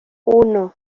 uno